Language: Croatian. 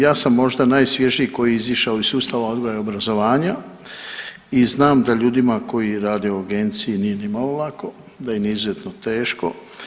Ja sam možda najsvježiji koji je izišao iz sustava odgoja i obrazovanja i znam da ljudima koji rade u agenciji nije ni malo lako, da im je izuzetno teško.